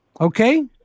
okay